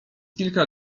kilka